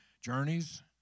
journeys